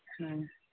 ᱦᱮᱸ